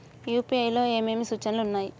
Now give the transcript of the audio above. UPI లో ఏమేమి సూచనలు ఉన్నాయి?